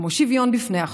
כמו שוויון בפני החוק,